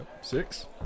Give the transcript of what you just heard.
Six